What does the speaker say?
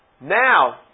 Now